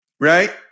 Right